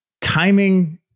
Timing